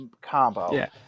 combo